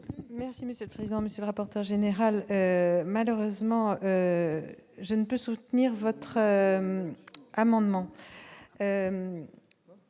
Merci monsieur le président, monsieur le rapporteur général, malheureusement je ne peux soutenir votre amendement,